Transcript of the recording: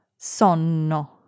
Sonno